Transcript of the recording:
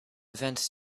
events